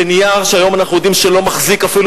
בנייר שהיום אנחנו יודעים שלא מחזיק אפילו